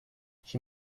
she